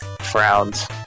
frowns